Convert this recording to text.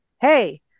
hey